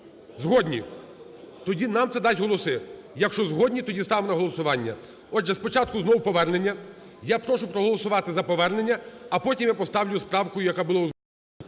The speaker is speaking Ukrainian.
Згодні. Тоді нам це дасть голоси. Якщо згодні, тоді ставимо на голосування. Отже, спочатку знову повернення. Я прошу проголосувати за повернення. А потім я поставлю з правкою, яка була озвучена.